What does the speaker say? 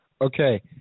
Okay